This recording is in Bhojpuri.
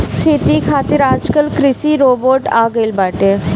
खेती खातिर आजकल कृषि रोबोट आ गइल बाटे